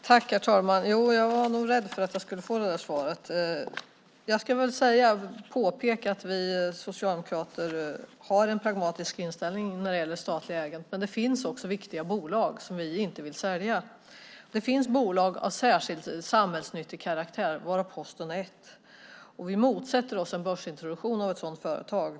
Herr talman! Ja, jag var nog rädd för att jag skulle få det svaret. Jag vill påpeka att vi socialdemokrater har en pragmatisk inställning till det statliga ägandet, men det finns också viktiga bolag som vi inte vill sälja. Det finns bolag av särskilt samhällsnyttig karaktär, varav Posten är ett. Vi motsätter oss en börsintroduktion av ett sådant företag.